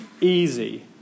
easy